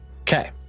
Okay